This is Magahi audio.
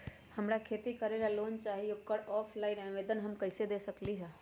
हमरा खेती करेला लोन चाहि ओकर ऑफलाइन आवेदन हम कईसे दे सकलि ह?